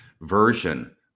version